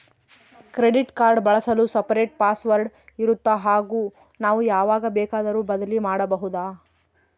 Credit card ಬಳಸಲು separate password ಇರುತ್ತಾ ಹಾಗೂ ನಾವು ಯಾವಾಗ ಬೇಕಾದರೂ ಬದಲಿ ಮಾಡಬಹುದಾ?